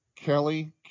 Kelly